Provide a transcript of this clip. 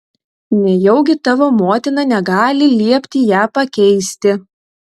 nejaugi tavo motina negali liepti ją pakeisti